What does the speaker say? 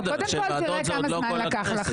--- שתי ועדות זה עוד לא כל הכנסת.